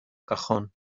cajón